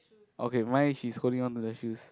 okay mine she's holding on to the shoes